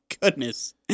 goodness